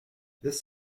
this